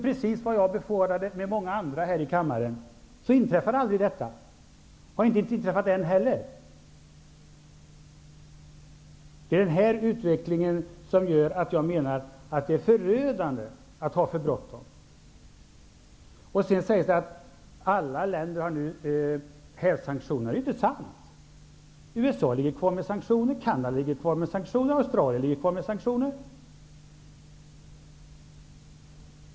Precis som jag och många andra här i kammaren befarade inträffade det aldrig, och det har fortfarande inte inträffat. Det är denna utveckling som gör att jag anser att det är förödande att ha för bråttom. Det sägs att alla andra länder nu har hävt sanktionerna. Det är inte sant. USA, Canada och Australien har kvar sina sanktioner.